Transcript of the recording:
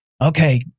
Okay